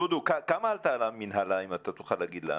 דודו, כמה עלתה המנהלה, אם תוכל להגיד לנו?